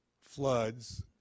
floods